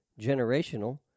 generational